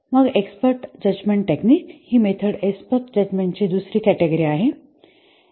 मग expert judgment technique हि method expert judgment ची दुसरी कॅटेगरी आहे